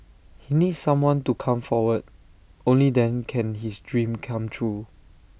he needs someone to come forward only then can his dream come true